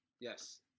Yes